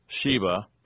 Sheba